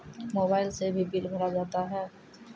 Mobile से भी bill भरा जाता हैं?